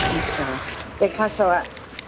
अच्छा तंहिंखां सवाइ